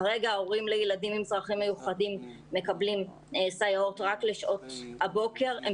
כרגע הורים לילדים עם צרכים מיוחדים מקבלים סייעות רק לשעות הבוקר והם